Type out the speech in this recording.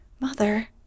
Mother